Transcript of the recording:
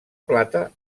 plata